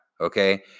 Okay